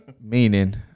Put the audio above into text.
Meaning